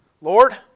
Lord